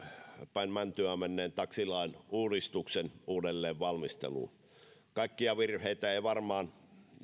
päin mäntyä menneen taksilain uudistuksen uudelleen valmisteluun kaikkia virheitä ei varmaan